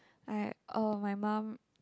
like oh my mum